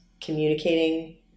communicating